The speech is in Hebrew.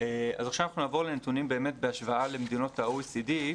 עכשיו נעבור לנתונים בהשוואה למדינות ה-OECD.